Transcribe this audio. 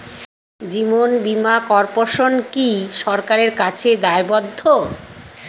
জীবন বীমা কর্পোরেশন কি সরকারের কাছে দায়বদ্ধ?